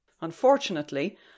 Unfortunately